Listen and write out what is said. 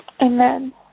Amen